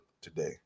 today